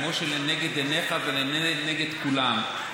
כמו שלנגד עיניך ולנגד עיני כולם,